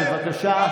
בבקשה.